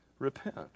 Repent